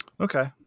Okay